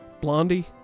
Blondie